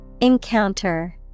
Encounter